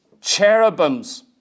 cherubims